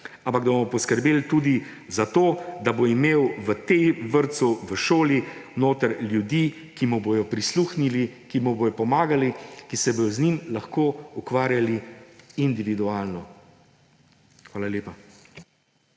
ampak da bomo poskrbeli tudi za to, da bo imel v tem vrtcu, v šoli notri ljudi, ki mu bodo prisluhnili, ki mu bodo pomagali, ki se bodo z njim lahko ukvarjali individualno. Hvala lepa.